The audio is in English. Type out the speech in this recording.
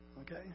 okay